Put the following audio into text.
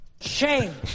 Shame